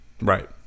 Right